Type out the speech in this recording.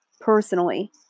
personally